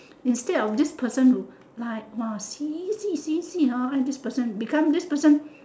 instead of this person who like !wah! see see see see alright this person become this person